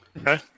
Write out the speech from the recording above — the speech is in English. Okay